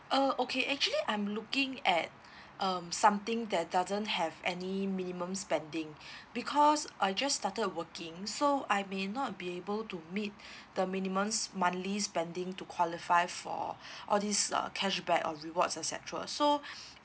uh okay actually I'm looking at um something that doesn't have any minimum spending because I just started working so I may not be able to meet the minimum monthly spending to qualify for all these uh cashback or rewards et cetera so